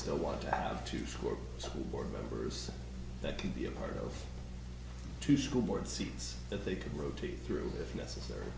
still want to for school board members that can be a part of to school board seats that they could rotate through if necessary